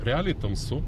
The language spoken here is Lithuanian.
realiai tamsu